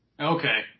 Okay